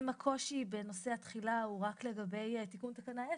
אם הקושי בנושא התחילה הוא רק לגבי תיקון תקנה 10,